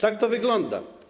Tak to wygląda.